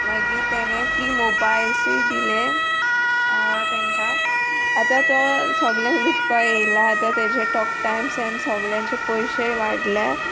मागीर ताणे फ्री मोबायलसूनय दिले तांकां आतां तो सगल्यांक लुटपा येयला आतां ताजे टॉक टायम्स एण्ड सोगल्यांचे पयशे वाडल्या